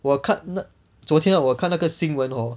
我看昨天我看那个新闻 hor